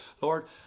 Lord